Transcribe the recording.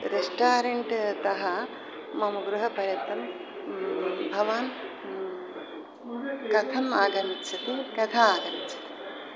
रेस्टारेण्ट्तः मम गृहपर्यन्तं भवान् कथम् आगच्छति कदा आगच्छति